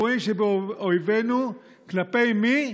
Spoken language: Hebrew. ששמורים לגרועים שבאויבינו, כלפי מי?